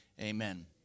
amen